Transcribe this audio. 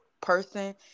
person